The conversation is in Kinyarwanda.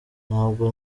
ntabwo